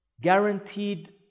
guaranteed